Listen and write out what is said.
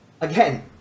again